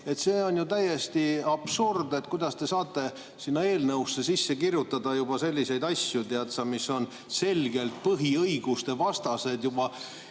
See on ju täiesti absurd. Kuidas te saate sinna eelnõusse sisse kirjutada selliseid asju, mis on selgelt põhiõigustevastased, juba